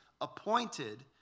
appointed